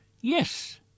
Yes